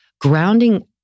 Grounding